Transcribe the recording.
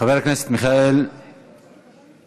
חבר הכנסת מיכאל מלכיאלי,